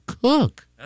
cook